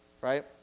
right